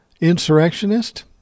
insurrectionist